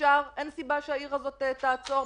אין סיבה שהעיר הזאת תעצור.